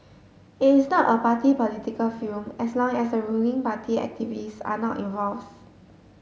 it is not a party political film as long as the ruling party activists are not involves